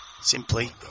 simply